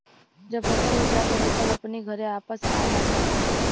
जब फसल हो जात हवे तब अपनी घरे वापस आ जात बाने